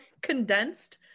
condensed